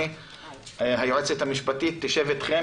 היועצת המשפטית תשב איתכן